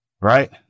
Right